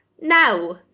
now